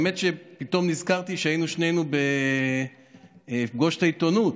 האמת היא שפתאום נזכרתי שהיינו שנינו ב"פגוש את העיתונות"